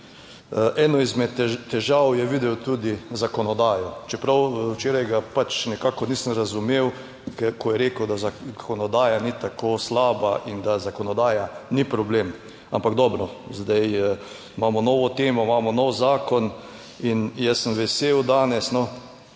eno izmed težav je videl tudi zakonodajo, čeprav včeraj ga pač nekako nisem razumel, ko je rekel, da zakonodaja ni tako slaba in da zakonodaja ni problem. Ampak dobro, zdaj imamo novo temo, imamo nov zakon in jaz sem vesel danes, da